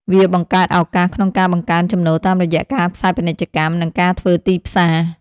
វាបង្កើតឱកាសក្នុងការបង្កើនចំណូលតាមរយៈការផ្សាយពាណិជ្ជកម្ម និងការធ្វើទីផ្សារ។